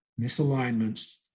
misalignments